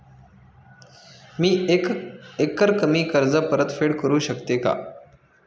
मी एकरकमी कर्ज परतफेड करू शकते का?